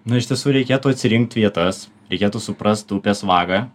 na iš tiesų reikėtų atsirinkti vietas reikėtų suprast upės vagą